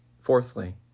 Fourthly